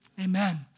Amen